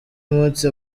munsi